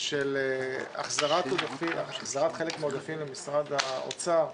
של החזרת חלק מהעודפים ממשרד האוצר,